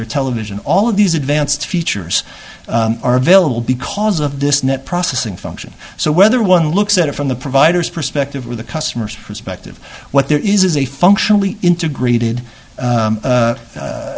your television all of these advanced features are available because of this net processing function so whether one looks at it from the provider's perspective or the customer's perspective what there is is a functionally integrated